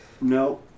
No